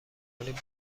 کنید